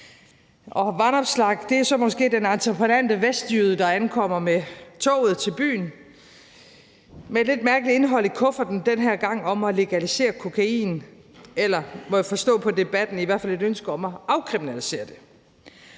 Vanopslagh er så måske den entreprenante vestjyde, der ankommer med toget til byen med et lidt mærkeligt indhold i kufferten den her gang, et ønske om at legalisere kokain eller, må jeg forstå på debatten, i hvert fald et ønske om at afkriminalisere det.